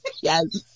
Yes